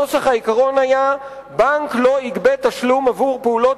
נוסח העיקרון היה: בנק לא יגבה תשלום עבור פעולות